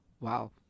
Wow